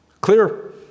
Clear